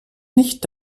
nicht